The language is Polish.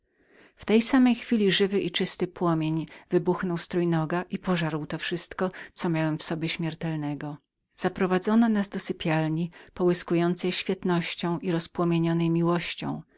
w tej samej chwili żywy i czysty płomień wybuchnął z trójnoga i pożarł to wszystko co miałem w sobie śmiertelnego zaprowadzono nas do małżeńskiej komnaty połyskującej chwałą i rozpromienionej miłością